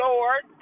Lord